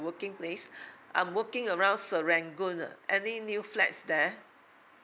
working place I'm working around serangoon ah any new flats there